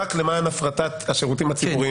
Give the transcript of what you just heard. למאבק למען הפרטת השירותים הציבוריים